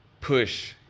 push